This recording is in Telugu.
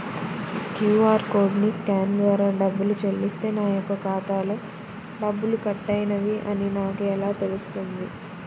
క్యూ.అర్ కోడ్ని స్కాన్ ద్వారా డబ్బులు చెల్లిస్తే నా యొక్క ఖాతాలో డబ్బులు కట్ అయినవి అని నాకు ఎలా తెలుస్తుంది?